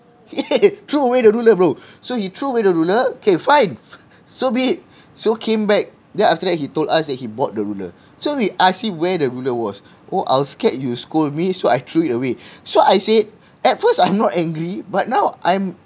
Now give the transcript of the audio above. threw away the ruler bro so he threw away the ruler okay fine so be it so came back then after that he told us that he bought the ruler so we asked him where the ruler was oh I was scared you would scold me so I threw it away so I said at first I'm not angry but now I'm